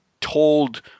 told